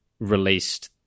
released